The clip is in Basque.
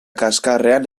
kaxkarrean